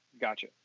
gotcha